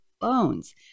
bones